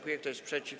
Kto jest przeciw?